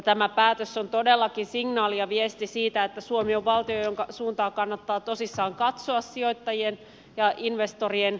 tämä päätös on todellakin signaali ja viesti siitä että suomi on valtio jonka suuntaan sijoittajien ja investorien kannattaa tosissaan katsoa